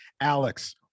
Alex